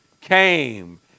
came